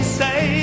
say